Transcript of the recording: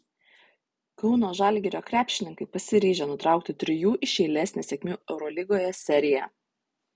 kauno žalgirio krepšininkai pasiryžę nutraukti trijų iš eilės nesėkmių eurolygoje seriją